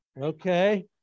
okay